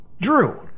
Drew